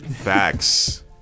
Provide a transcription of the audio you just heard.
facts